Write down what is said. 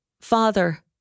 Father